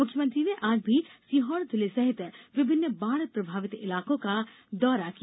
मुख्यमंत्री ने आज भी सीहोर जिले सहित विभिन्न बाढ़ प्रभावित इलाकों का दौरा किया